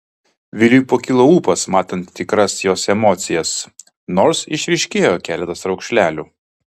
viliui pakilo ūpas matant tikras jos emocijas nors išryškėjo keletas raukšlelių